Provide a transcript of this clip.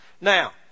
Now